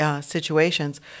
situations